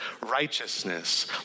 righteousness